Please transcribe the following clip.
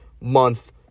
month